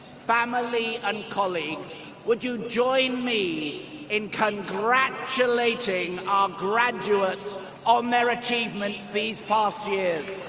family, and colleagues would you join me in congratulating our graduates on their achievements these past years?